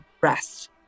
rest